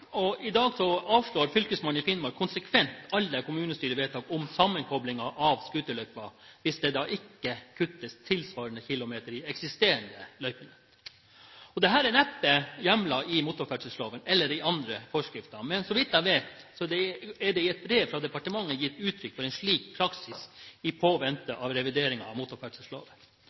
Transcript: har. I dag avslår Fylkesmannen i Finnmark konsekvent alle kommunestyrevedtak om sammenkobling av scooterløyper hvis det ikke kuttes tilsvarende kilometer i eksisterende løypenett. Dette er neppe hjemlet i motorferdselsloven eller i forskrifter, men så vidt jeg vet, er det i et brev fra departementet gitt uttrykk for en slik praksis i påvente av revideringen av motorferdselsloven.